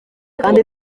kandi